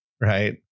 Right